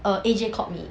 err A_J called me